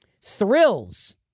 Thrills